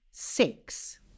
Six